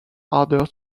harder